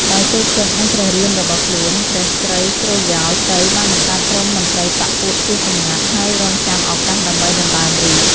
ដោយតូចចិត្តនិងព្រះរាមរបស់ខ្លួន ព្រះស្រីសុរិយោទ័យ បានបង្កើតក្រុមមន្ត្រីបក្សពួកជាសម្ងាត់ហើយរងចាំឱកាសដើម្បីដណ្ដើមរាជ្យ ។